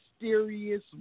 mysterious